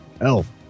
Elf